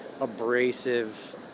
abrasive